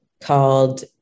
called